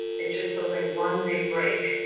it just feels like one big break.